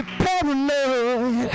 paranoid